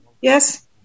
Yes